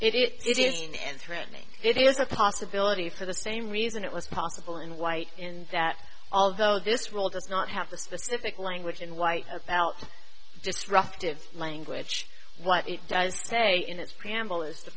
rules it is in and threatening it is a possibility for the same reason it was possible in white in that although this role does not have the specific language in white about disruptive language what it does say in it